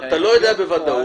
אתה לא יודע בוודאות.